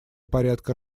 порядка